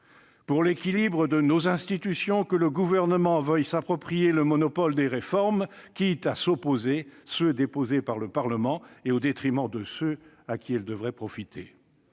pour l'équilibre de nos institutions que le Gouvernement veuille s'approprier le monopole des réformes quitte à s'opposer aux propositions du Parlement, au détriment de ceux à qui ces réformes devraient profiter.